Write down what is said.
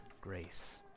grace